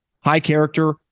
high-character